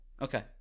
Okay